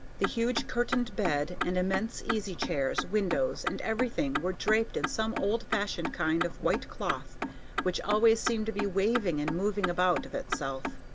the huge curtained bed and immense easy-chairs, windows, and everything were draped in some old-fashioned kind of white cloth which always seemed to be waving and moving about of itself.